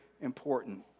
important